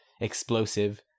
explosive